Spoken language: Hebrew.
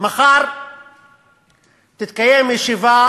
מחר תתקיים ישיבה